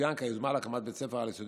יצוין כי היוזמה להקמת בית ספר על-יסודי